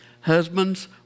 husbands